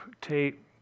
tate